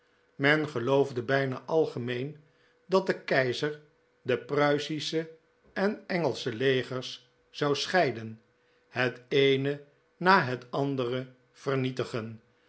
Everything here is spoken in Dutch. men geloofde bijna algemeen dat de keizer de prtiisische en engelsche legcrs zou scheiden het eenc na het andere vernietigcn